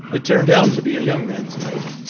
it turned out to be a young man's night.